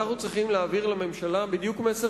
אנחנו צריכים להעביר לממשלה בדיוק מסר